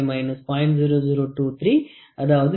0023 57